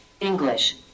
English